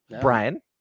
Brian